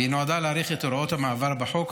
והיא נועדה להאריך את הוראות המעבר בחוק